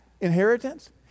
inheritance